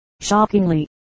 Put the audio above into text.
Shockingly